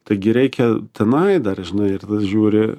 taigi reikia tenai dar žinai ir tas žiūri